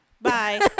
bye